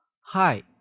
hi